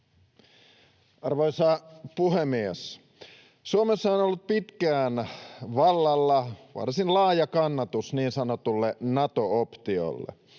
Arvoisa puhemies! Suomessa on ollut pitkään vallalla varsin laaja kannatus niin sanotulle Nato-optiolle.